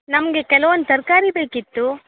ನಮಗೆ ಕೆಲ್ವೊಂದು ತರಕಾರಿ ಬೇಕಿತ್ತು